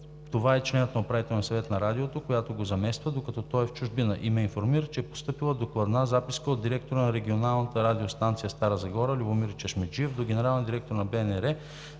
това е членът на Управителния съвет на Радиото, която го замества, докато той е в чужбина – и ме информира, че е постъпила докладна записка от директора на Регионална радиостанция – Стара Загора, Любомир Чешмеджиев до генералния директор на БНР,